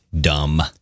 Dumb